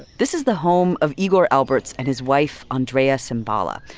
this is the home of igor alberts and his wife andreea cimbala.